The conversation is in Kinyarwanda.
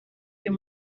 uyu